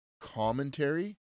commentary